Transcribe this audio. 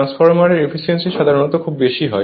ট্রান্সফরমারের এফিসিয়েন্সি সাধারণত খুব বেশি হয়